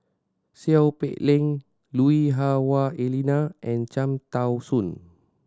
Seow Peck Leng Lui Hah Wah Elena and Cham Tao Soon